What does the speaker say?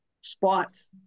spots